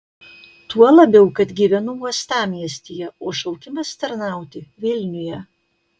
tuo labiau kad gyvenu uostamiestyje o šaukimas tarnauti vilniuje